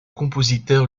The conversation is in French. compositeur